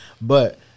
but-